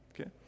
Okay